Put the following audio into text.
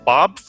Bob